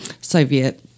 Soviet